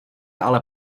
ale